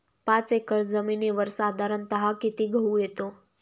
पाच एकर जमिनीवर साधारणत: किती गहू येतो?